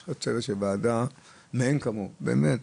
יש לך צוות של ועדה מאין כמוהו, באמת.